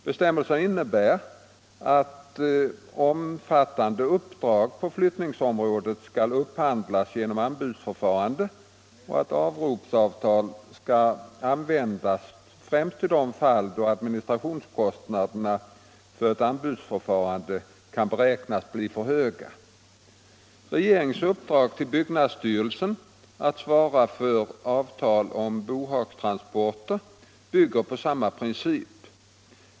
Bestämmelserna innebär att omfattande uppdrag på flyttningsområdet skall upphandlas genom anbudsförfarande och att avropsavtal skall användas främst i de fall då administrationskostnaderna för ett anbudsförfarande kan beräknas bli för höga. Regeringens uppdrag till byggnadsstyrelsen att svara för avtal om bohagstransporter bygger på samma princip.